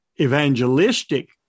evangelistic